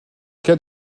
cas